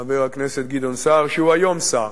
חבר הכנסת גדעון סער, שהיום הוא שר.